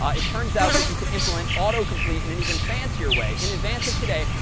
ah it turns out that you can implement autocomplete in an even fancier way. in advance of today,